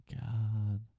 God